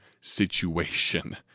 situation